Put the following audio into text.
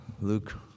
Luke